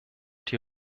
die